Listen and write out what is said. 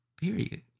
Period